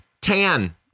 Tan